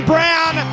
Brown